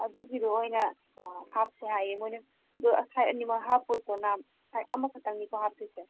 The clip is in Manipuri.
ꯑꯗꯨꯒꯤꯗꯣ ꯑꯣꯏꯅ ꯍꯥꯞꯁꯦ ꯍꯥꯏꯌꯦ ꯃꯣꯏꯅ ꯑꯗꯨ ꯁꯥꯏꯠ ꯑꯅꯤꯃꯛ ꯍꯥꯞꯄꯣꯏꯀꯣ ꯁꯥꯏꯠ ꯑꯃꯈꯛꯇꯪꯅꯤꯀꯣ ꯍꯥꯞꯇꯣꯏꯁꯦ